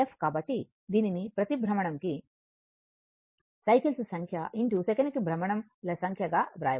కాబట్టి దీనిని ప్రతి భ్రమణం కి సైకిల్స్ సంఖ్య సెకనుకు భ్రమణంల సంఖ్యగా వ్రాయవచ్చు